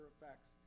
effects